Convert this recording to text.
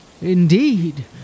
Indeed